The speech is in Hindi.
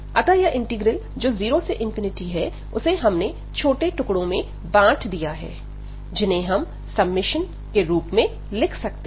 अतः यह इंटीग्रल जो 0 से है उसे हमने छोटे टुकड़ों में बांट दिया है जिन्हें हम समेशन रूप में लिख सकते हैं